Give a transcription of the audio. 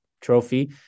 trophy